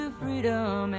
freedom